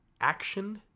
action